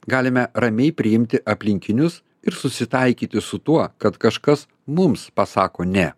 galime ramiai priimti aplinkinius ir susitaikyti su tuo kad kažkas mums pasako ne